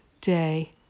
day